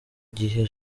gihe